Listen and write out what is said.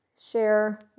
share